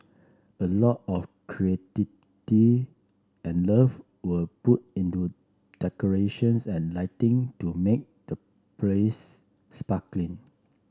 a lot of and love were put into decorations and lighting to make the place sparkling